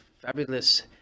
fabulous